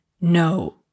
no